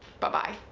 buh-bye!